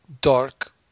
dark